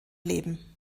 leben